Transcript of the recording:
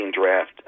draft